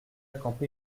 campé